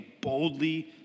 boldly